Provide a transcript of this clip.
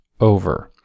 over